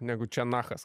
negu čenachas